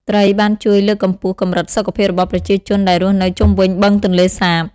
ត្រីបានជួយ លើកកម្ពស់ កម្រិតសុខភាពរបស់ប្រជាជនដែលរស់នៅជុំវិញបឹងទន្លេសាប។